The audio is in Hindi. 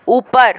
ऊपर